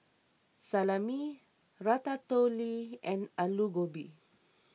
Salami Ratatouille and Alu Gobi